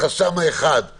החסם האחד הוא